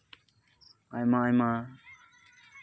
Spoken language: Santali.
ᱟᱭᱢᱟ ᱟᱭᱢᱟ